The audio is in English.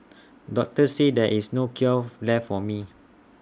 doctors said there is no cure left for me